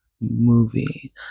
movie